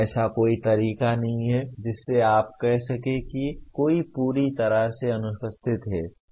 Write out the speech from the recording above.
ऐसा कोई तरीका नहीं है जिससे आप कह सकें कि कोई पूरी तरह से अनुपस्थित है